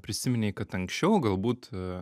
prisiminei kad anksčiau galbūt